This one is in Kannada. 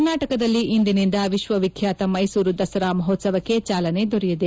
ಕರ್ನಾಟಕದಲ್ಲಿ ಇಂದಿನಿಂದ ವಿಶ್ವವಿಖ್ನಾತ ಮೈಸೂರು ದಸರಾ ಮಹೋತ್ತವಕ್ಕೆ ಚಾಲನೆ ದೊರೆಯಲಿದೆ